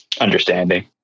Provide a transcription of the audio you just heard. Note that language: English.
understanding